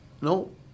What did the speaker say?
No